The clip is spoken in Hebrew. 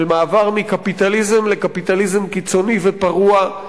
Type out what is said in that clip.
של מעבר מקפיטליזם לקפיטליזם קיצוני ופרוע,